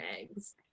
eggs